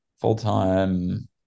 full-time